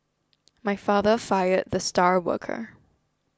my father fired the star worker